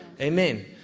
Amen